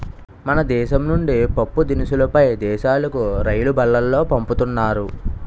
మన దేశం నుండి పప్పుదినుసులు పై దేశాలుకు రైలుబల్లులో పంపుతున్నారు